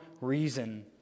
reason